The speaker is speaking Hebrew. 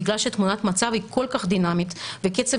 בגלל שתמונת המצב היא כל כך דינמית וקצב